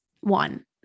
one